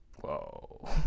Whoa